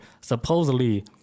supposedly